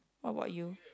how about you